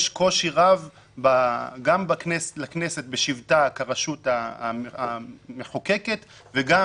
יש קושי רב גם לכנסת בשבתה כרשות המחוקקת וגם